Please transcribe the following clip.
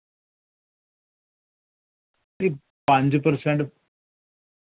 फ्ही पंज परसेंट